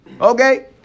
okay